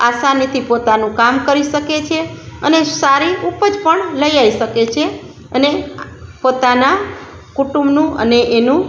આસાનીથી પોતાનું કામ કરી શકે છે અને સારી ઉપજ પણ લઈ આવી શકે છે અને પોતાના કુટુંબનું અને એનું